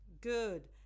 good